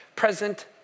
present